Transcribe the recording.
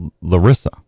larissa